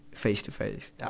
face-to-face